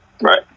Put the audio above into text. Right